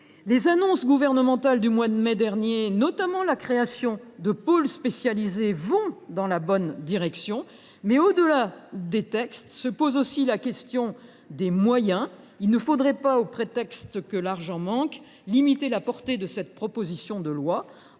Les annonces gouvernementales du mois de mai dernier, relatives notamment à la création de pôles spécialisés, vont certes dans la bonne direction, mais, au delà des textes, la question des moyens se pose. Il ne faudrait pas, au prétexte que l’argent manque, limiter la portée de cette proposition de loi.